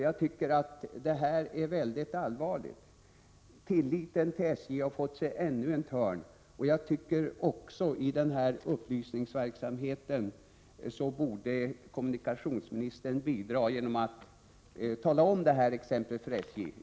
Jag tycker att detta är mycket allvarligt. Tilliten till SJ har fått sig ännu en törn. Jag tycker att kommunikationsministern borde delta i den här upplysningsverksamheten genom att tala om det här exemplet för SJ.